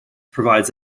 provides